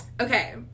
okay